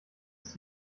ist